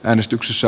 äänestyksissä